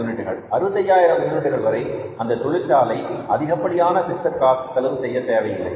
65000 யூனிட்டுகள் வரை அந்த தொழிற்சாலை அதிகப்படியான பிக்ஸட் காஸ்ட் செலவு செய்ய தேவையில்லை